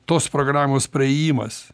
tos programos praėjimas